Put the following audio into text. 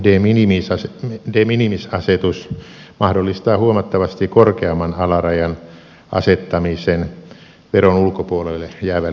eun de minimis asetus mahdollistaa huomattavasti korkeamman alarajan asettamisen veron ulkopuolelle jäävälle toiminnalle